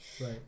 Right